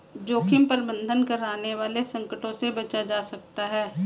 जोखिम प्रबंधन कर आने वाले संकटों से बचा जा सकता है